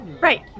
Right